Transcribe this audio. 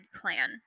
clan